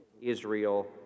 Israel